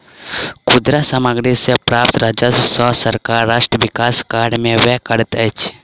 खुदरा सामग्री सॅ प्राप्त राजस्व सॅ सरकार राष्ट्र विकास कार्य में व्यय करैत अछि